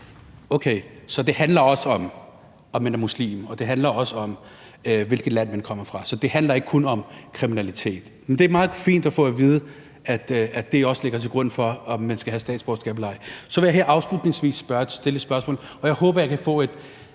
Okay. Så det handler også om, om man er muslim, og det handler også om, hvilket land man kommer fra. Så det handler ikke kun om kriminalitet. Det er meget fint at få at vide, at det også ligger til grund for, om man skal have statsborgerskab eller ej. Så vil jeg afslutningsvis stille et spørgsmål, og jeg håber, at jeg kan få et